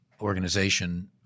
organization